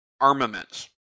armaments